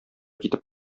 китеп